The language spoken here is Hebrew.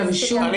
כתב אישום,